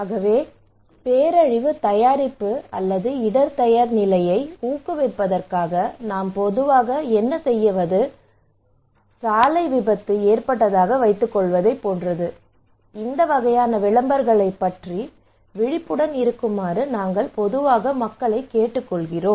ஆகவே பேரழிவு தயாரிப்பு அல்லது இடர் தயார்நிலையை ஊக்குவிப்பதற்காக நாம் பொதுவாக என்ன செய்வது சாலை விபத்து ஏற்பட்டதாக வைத்துக்கொள்வதைப் போன்றது இந்த வகையான விளம்பரங்களைப் பற்றி விழிப்புடன் இருக்குமாறு நாங்கள் பொதுவாக மக்களிடம் கேட்டுக்கொள்கிறோம்